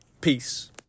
Peace